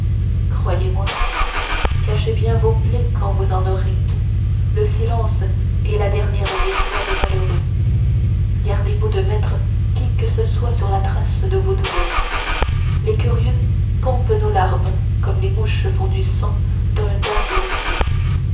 croyez-moi cachez bien vos plaies quand vous en aurez le silence est la dernière joie des malheureux gardez-vous de mettre qui que ce soit sur la trace de vos douleurs les curieux pompent nos larmes comme les mouches font du sang d'un daim blessé